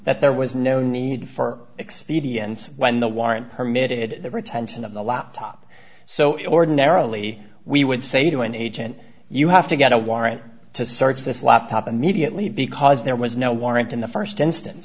there was no need for expediency when the warrant permitted the retention of the laptop so it ordinarily we would say to an agent you have to get a warrant to search this laptop and mediately because there was no warrant in the st instance